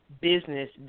business